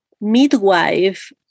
midwife